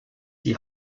die